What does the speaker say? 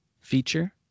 feature